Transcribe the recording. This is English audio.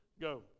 Go